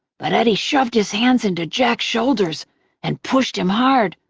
but eddie shoved his hands into jack's shoulders and pushed him hard,